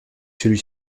celui